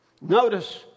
Notice